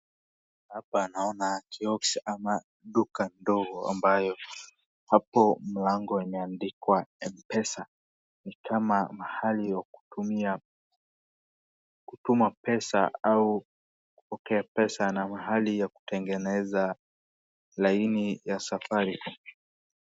Hapa naona kiosk ama duka ndogo ambayo hapo mlango imeandikwa M-Pesa. Ni kama mahali ya kutuma pesa au kupokea pesa na mahali ya kutengeneza laini ya Safaricom.